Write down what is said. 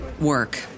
work